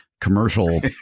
commercial